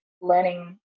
learning